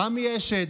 עמי אשד,